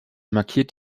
markiert